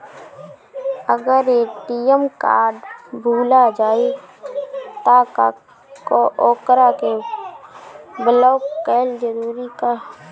अगर ATM card भूला जाए त का ओकरा के बलौक कैल जरूरी है का?